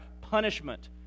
punishment